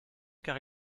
car